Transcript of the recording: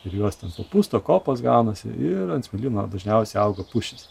ir juos ten papusto kopos gaunasi ir ant smėlyno dažniausiai auga pušys